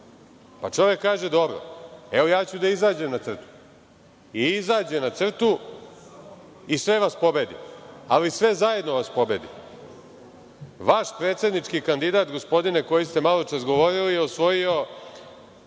Čovek kaže – dobro, evo ja ću da izađem na crtu. I izađe na crtu i sve vas pobedi, ali sve zajedno vas pobedi. Vaš predsednički kandidat, gospodine koji ste maločas govorili, je osvojio